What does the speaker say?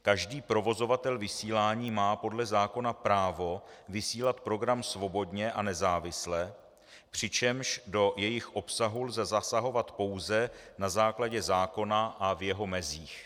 Každý provozovatel vysílání má podle zákona právo vysílat program svobodně a nezávisle, přičemž do jejich obsahu lze zasahovat pouze na základě zákona a v jeho mezích.